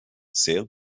sehr